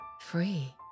free